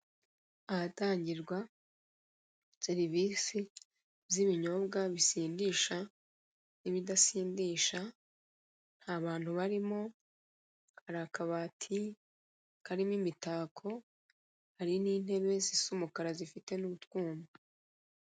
Ahatangirwa, serivise, z'ibinyobwa bisindisha, n'ibidasindisha, nta bantu barimo, hari akabati karimo imitako, hari n'intebe zisa umukara zifite n'utwuma.